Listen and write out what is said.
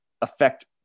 affect